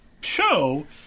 show